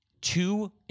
Two